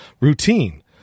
routine